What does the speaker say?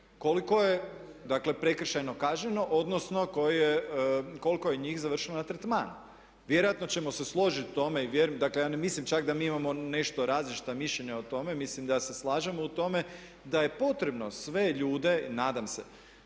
koliko je dakle prekršajno kažnjeno odnosno koliko je njih završilo na tretmanu. Vjerojatno ćemo se složiti u tome i vjerujem, dakle ja ne mislim čak da mi imamo nešto različita mišljenja u tome, mislim da se slažemo u tome nadam se da se slažemo, da je